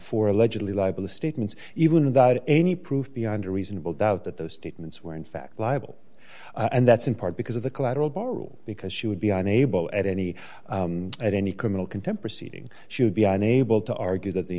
for allegedly libelous statements even without any proof beyond a reasonable doubt that those statements were in fact liable and that's in part because of the collateral bar rule because she would be unable at any at any criminal contempt proceeding she would be unable to argue that the